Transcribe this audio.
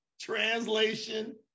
translation